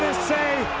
say,